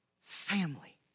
family